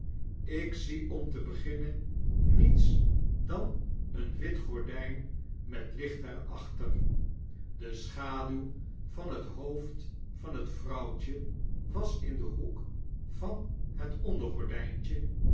mynheer pycroft ikzieom te beginnen niets dan eene witte gordyn met licht er achter de schaduw van het hoofd van het vrouwtje was in den hoek van het